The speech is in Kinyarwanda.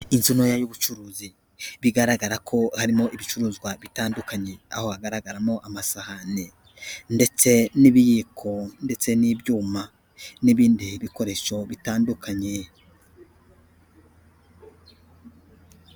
Inzu ntoya y'ubucuruzi bigaragara ko harimo ibicuruzwa bitandukanye aho hagaragaramo amasahani ndetse n'ibiyiko ndetse n'ibyuma n'ibindi bikoresho bitandukanye.